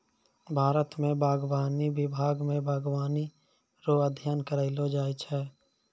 भारत मे बागवानी विभाग मे बागवानी रो अध्ययन करैलो जाय छै